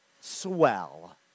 swell